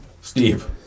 Steve